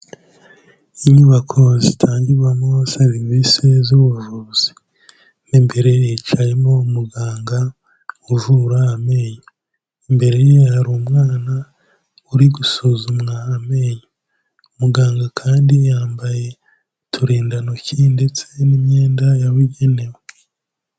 Inyubako zitangirwamo serivisi z'ubuvuzi, mu imbere hicayemo umuganga uvura amenyo, imbere ye hari umwana uri gusuzumwa amenyo, muganga kandi yambaye uturindantoki ndetse n'imyenda yabugenewe.